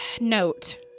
note